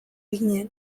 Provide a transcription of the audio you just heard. ginen